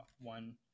one